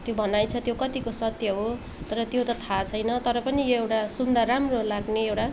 त्यो भनाइ छ त्यो कतिको सत्य हो तर त्यो त थाहा छैन तर पनि यो एउटा सुन्दा राम्रो लाग्ने एउटा